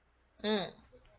mm